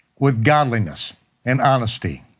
with godliness and honesty.